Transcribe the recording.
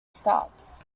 starts